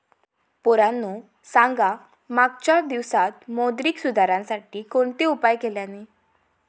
पोरांनो सांगा मागच्या दिवसांत मौद्रिक सुधारांसाठी कोणते उपाय केल्यानी?